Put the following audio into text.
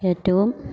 ഏറ്റവും